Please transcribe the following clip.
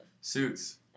Suits